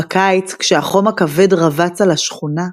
בקיץ, כשהחם הכבד רבץ על השכונה,